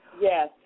Yes